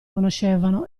conoscevano